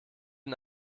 den